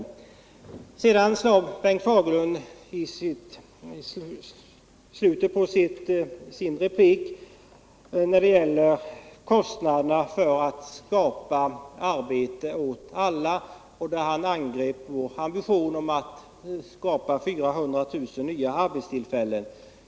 I slutet av sin replik tog Bengt Fagerlund upp kostnaderna för att skapa arbete åt alla, och han angrep vår ambition att skapa 400 000 nya arbetstillfällen.